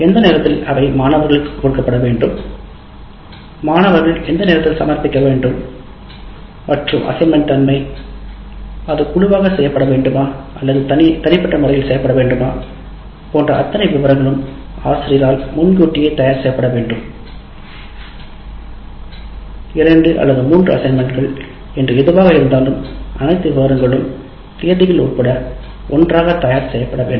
எந்த நேரத்தில் அவை மாணவர்களுக்குக் கிடைக்கும் மாணவர்கள் எந்த நேரத்தில் சமர்ப்பிக்க வேண்டும் மற்றும் பணியின் தன்மை அது குழுவாக அல்லது தனிப்பட்ட முறையில் செய்யப்பட வேண்டும் போன்ற அத்தனை விவரங்களும் ஆசிரியரால் முன்கூட்டியே தயார் செய்யப்படவேண்டும் இரண்டு அல்லது மூன்று பணிகள் என்று எதுவாக இருந்தாலும் அனைத்து விவரங்களும் தேதிகள் உட்பட ஒன்றாக தயார் செய்யப்படவேண்டும்